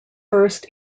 first